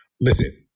Listen